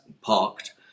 parked